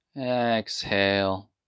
exhale